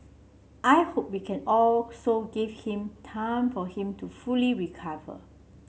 I hope we can also give him time for him to fully recover